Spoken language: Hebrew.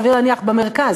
סביר להניח שבמרכז,